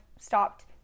stopped